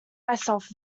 myself